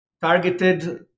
targeted